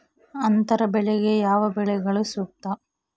ಅಂತರ ಬೆಳೆಗೆ ಯಾವ ಬೆಳೆಗಳು ಸೂಕ್ತ?